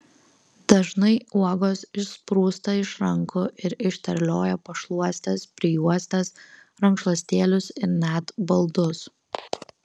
dažnai uogos išsprūsta iš rankų ir išterlioja pašluostes prijuostes rankšluostėlius ir net baldus